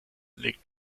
legt